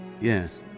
Yes